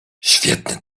świetny